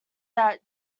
that